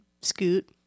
scoot